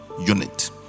unit